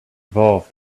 evolved